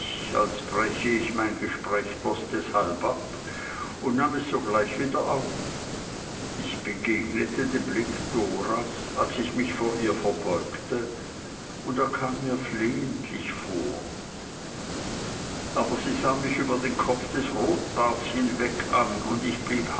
als bräche ich mein gespräch bloß deshalb ab und nahm es sogleich wieder auf ich begegnete dem blick doras als ich mich vor ihr verbeugte und er kam mir flehentlich vor aber sie sah mich über den kopf des rotbarts hinweg an und ich blieb